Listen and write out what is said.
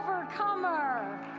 overcomer